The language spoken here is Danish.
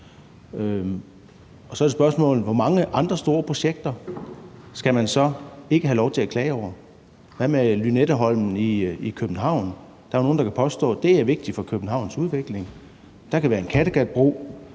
Så er spørgsmålet: Hvor mange andre store projekter skal man så ikke have lov til at klage over? Hvad med Lynetteholmen i København? Der er jo nogle, der kan påstå, at det er vigtigt for Københavns udvikling. Der kan være en Kattegatbro,